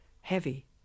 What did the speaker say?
heavy